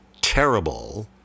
terrible